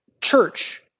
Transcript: church